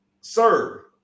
sir